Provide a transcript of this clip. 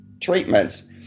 treatments